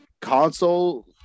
console